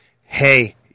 hey